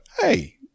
hey